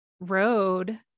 road